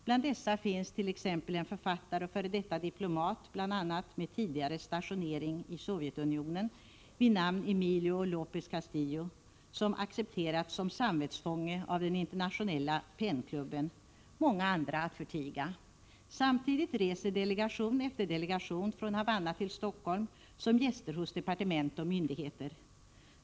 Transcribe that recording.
Bland dessa finns t.ex. en författare och f. d. diplomat — bl.a. med tidigare stationering i Sovjetunionen — vid namn Emiglio Lopez Castillo, som accepterats som samvetsfånge av den internationella PEN-klubben, många andra att förtiga. Samtidigt reser delegation efter delegation från Havanna till Stockholm som gäster hos departement och myndigheter.